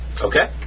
okay